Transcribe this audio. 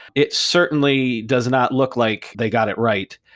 it certainly does not look like they got it right.